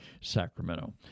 Sacramento